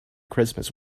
christmas